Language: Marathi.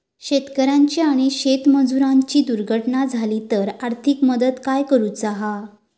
शेतकऱ्याची आणि शेतमजुराची दुर्घटना झाली तर आर्थिक मदत काय करूची हा?